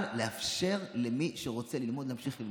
אבל לאפשר למי שרוצה ללמוד להמשיך ללמוד.